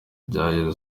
byageze